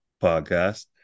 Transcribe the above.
Podcast